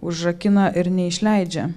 užrakina ir neišleidžia